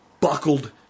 buckled